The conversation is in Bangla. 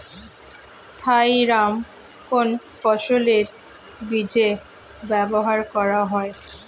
থাইরাম কোন ফসলের বীজে ব্যবহার করা হয়?